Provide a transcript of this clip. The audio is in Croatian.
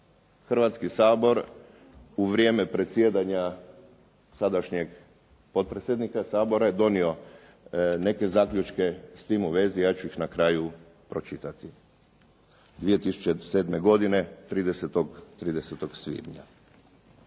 Hrvatski sabor u vrijeme predsjedanja sadašnjeg potpredsjednika Sabora je donio neke zaključke s tim u vezi, ja ću ih na kraju pročitati, 2007. godine, 30. svibnja.